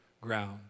ground